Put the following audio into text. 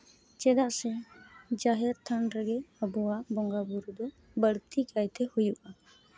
ᱪᱮᱫᱟᱜ ᱥᱮ ᱡᱟᱦᱮᱨ ᱛᱷᱟᱱ ᱨᱮᱜᱮ ᱟᱵᱚᱣᱟᱜ ᱵᱚᱸᱜᱟ ᱵᱩᱨᱩ ᱫᱚ ᱵᱟᱹᱲᱛᱤ ᱠᱟᱭᱛᱮ ᱦᱩᱭᱩᱜᱼᱟ